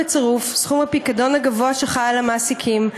בצירוף סכום הפיקדון הגבוה שחל על המעסיקים,